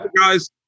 guys